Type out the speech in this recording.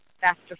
faster